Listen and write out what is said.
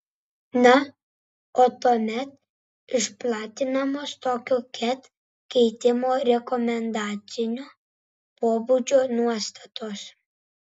na o tuomet išplatinamos tokio ket keitimo rekomendacinio pobūdžio nuostatos